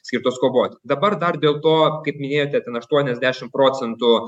skirtos kovot dabar dar dėl to kaip minėjote ten aštuoniasdešim procentų